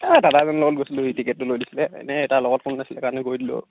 এই দাদা এজনৰ লগত গৈছিলোঁ ই টিকেটটো লৈ দিছিলে ইনে তাৰ লগত কোনো নাছিল কাৰণে গৈ দিলোঁ আৰু